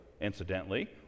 incidentally